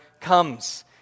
comes